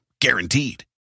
Guaranteed